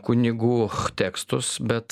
kunigų tekstus bet